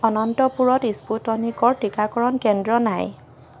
অনন্তপুৰত স্পুটনিকৰ টীকাকৰণ কেন্দ্ৰ নাই